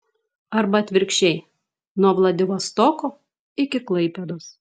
arba atvirkščiai nuo vladivostoko iki klaipėdos